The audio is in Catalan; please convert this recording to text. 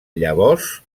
llavors